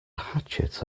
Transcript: hatchet